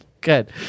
Good